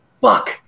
Fuck